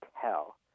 tell